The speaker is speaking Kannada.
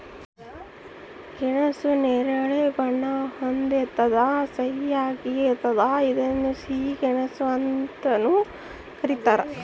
ಗೆಣಸು ನೇರಳೆ ಬಣ್ಣ ಹೊಂದಿರ್ತದ ಸಿಹಿಯಾಗಿರ್ತತೆ ಇದನ್ನ ಸಿಹಿ ಗೆಣಸು ಅಂತಾನೂ ಕರೀತಾರ